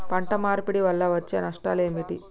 పంట మార్పిడి వల్ల వచ్చే నష్టాలు ఏమిటి?